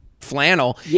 flannel